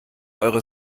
eure